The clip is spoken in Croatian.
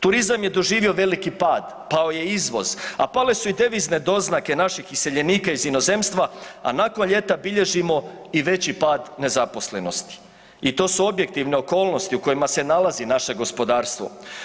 Turizam je doživio velik pad, pao je izvoz, a pale su i devizne doznake naših iseljenika iz inozemstva, a nakon ljeta bilježimo i veći pad nezaposlenosti i to su objektivne okolnosti u kojima se nalazi naše gospodarstvo.